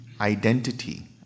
identity